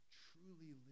truly